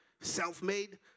Self-made